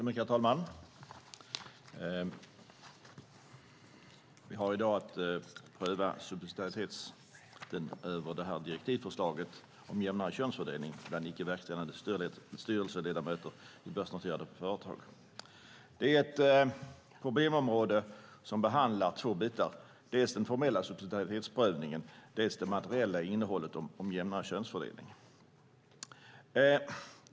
Herr talman! Vi har i dag att behandla subsidiaritetsprövning av direktivförslaget om en jämnare könsfördelning bland icke verkställande styrelseledamöter i börsnoterade företag. Det är ett problemområde som behandlar två bitar, dels den formella subsidiaritetsprövningen, dels det materiella innehållet om jämnare könsfördelning.